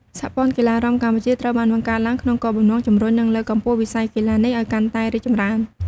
សហព័ន្ធកីឡារាំកម្ពុជាត្រូវបានបង្កើតឡើងក្នុងគោលបំណងជំរុញ និងលើកកម្ពស់វិស័យកីឡានេះឲ្យកាន់តែរីកចម្រើន។